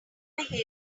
behavior